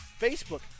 facebook